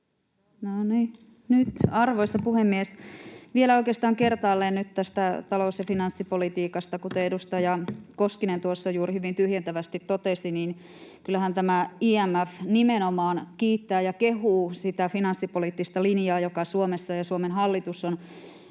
Content: Arvoisa puhemies! Oikeastaan vielä kertaalleen tästä talous- ja finanssipolitiikasta: Kuten edustaja Koskinen tuossa juuri hyvin tyhjentävästi totesi, niin kyllähän tämä IMF nimenomaan kiittää ja kehuu sitä finanssipoliittista linjaa, joka Suomessa on ja jota Suomen hallitus on viimeiset